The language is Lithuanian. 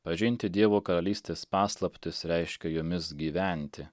pažinti dievo karalystės paslaptis reiškia jomis gyventi